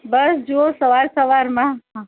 બસ જુઓ સવાર સવારમાં હા